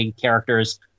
characters